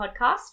podcast